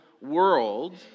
world